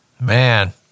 Man